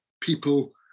people